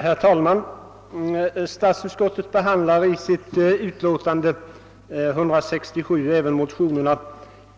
Herr talman! Statsutskottet behandlar i sitt utlåtande nr 167 även motions paret